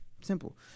Simple